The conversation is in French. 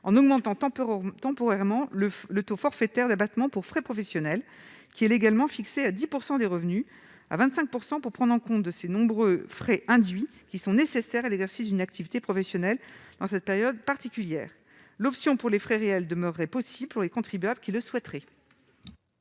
en augmentant temporairement le taux forfaitaire d'abattement pour frais professionnels, qui est légalement fixé à 10 % des revenus, à 25 %, afin de prendre en compte les nombreux frais induits, qui sont nécessaires à l'exercice d'une activité professionnelle dans cette période particulière. L'option pour les frais réels demeurerait possible pour les contribuables qui le souhaiteraient.